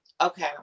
Okay